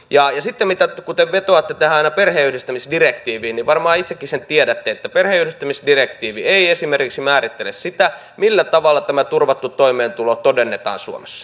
ja sitten kun te vetoatte tähän perheenyhdistämisdirektiiviin niin varmaan itsekin sen tiedätte että perheenyhdistämisdirektiivi ei esimerkiksi määrittele sitä millä tavalla tämä turvattu toimeentulo todennetaan suomessa